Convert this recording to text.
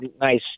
nice